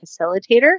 facilitator